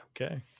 Okay